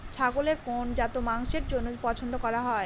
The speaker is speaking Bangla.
ছাগলের কোন জাত মাংসের জন্য পছন্দ করা হয়?